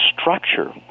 structure